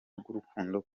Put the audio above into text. bw’urukundo